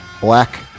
Black